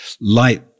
light